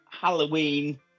Halloween